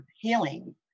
healing